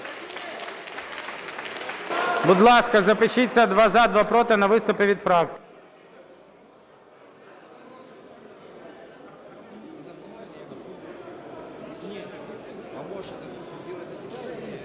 Будь ласка, запишіться: два – за, два – проти, на виступи від фракцій.